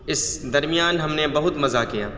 اس درمیان ہم نے بہت مزہ کیا